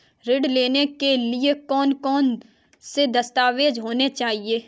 ऋण लेने के लिए कौन कौन से दस्तावेज होने चाहिए?